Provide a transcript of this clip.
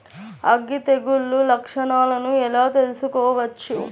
అగ్గి తెగులు లక్షణాలను ఎలా తెలుసుకోవచ్చు?